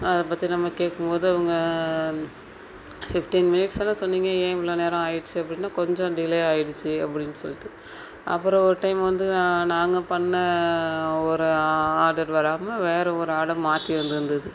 அதை பற்றி நம்ம கேட்கும் போது அவங்க ஃபிஃப்டின் மினிட்ஸ் தான் சொன்னிங்க ஏன் இவ்வளோ நேரம் ஆயிருச்சி அப்படின்னா கொஞ்சம் டிலே ஆகிருச்சி அப்படின்னு சொல்லிட்டு அப்புறம் ஒரு டைம் வந்து நான் நாங்கள் பண்ண ஒரு ஆ ஆர்டர் வராம வேறே ஒரு ஆர்டர் மாற்றி வந்திருந்துது